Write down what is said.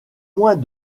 moins